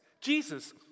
Jesus